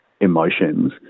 emotions